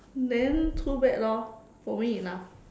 then too bad lor for me enough